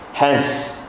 Hence